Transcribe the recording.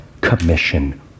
commission